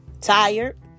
tired